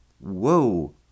Whoa